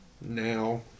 now